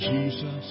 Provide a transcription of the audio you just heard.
Jesus